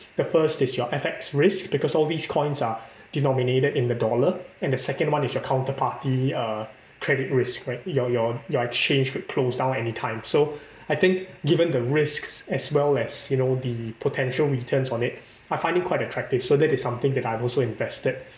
the first is your F_X risk because all these coins are denominated in the dollar and the second one is your counterparty uh credit risk right your your your exchange could close down anytime so I think given the risks as well as you know the potential returns on it I find it quite attractive so that is something that I've also invested